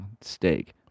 Steak